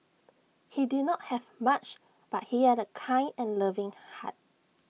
he did not have much but he had A kind and loving heart